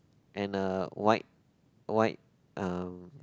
and a white white um